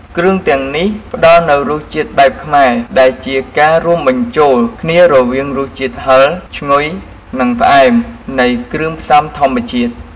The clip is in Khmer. គ្រឿងទាំងនេះផ្ដល់នូវរសជាតិបែបខ្មែរ ដែលជាការរួមបញ្ចូលគ្នារវាងរសជាតិហឹរ ឈ្ងុយ និងផ្អែមនៃគ្រឿងផ្សំធម្មជាតិ។